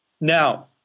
Now